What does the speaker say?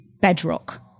bedrock